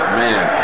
man